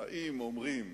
אני לא רוצה להישמע ציני,